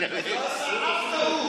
לא עשה אף טעות.